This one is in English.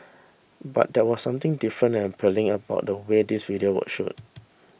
but there was something different and appealing about the way these videos were shot